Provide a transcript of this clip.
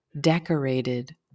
decorated